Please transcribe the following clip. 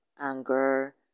Anger